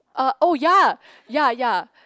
uh oh ya ya ya